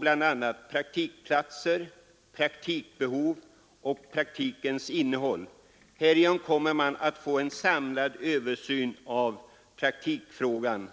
bl.a. praktikplatser, praktikbehov och praktikens innehåll. Härigenom kommer man att få en samlad översyn av hela praktikfrågan.